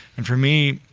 and for me,